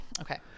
Okay